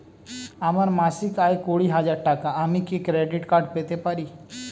আমার মাসিক আয় কুড়ি হাজার টাকা আমি কি ক্রেডিট কার্ড পেতে পারি?